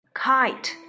kite